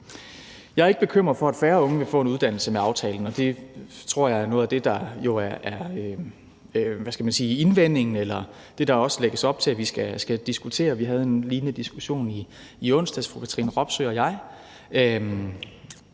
Jeg er ikke bekymret for, at færre unge vil få en uddannelse med aftalen. Det tror jeg er noget af det, der er indvendingen eller det, som der også lægges op til at vi skal diskutere. Fru Katrine Robsøe og jeg havde en lignende diskussion i onsdags, altså om færre